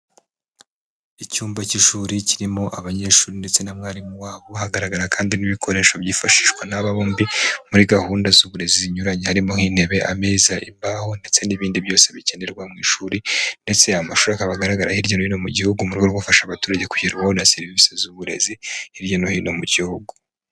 Icyumba cy'ishuri kirimo abanyeshuri ndetse na mwarimu wabo hagaragara kandi n'ibikoresho byifashishwa n'aba bombi muri gahunda z'uburezi zinyuranye, harimo: intebe, ameza, imbaho ndetse n'ibindi byose bikenerwa mu ishuri ndetse amashuri akaba agaragara hirya no hino mu gihugu mu rwego rwo gufasha abaturage kubona serivisi z'uburezi hirya no hino mu gihugu.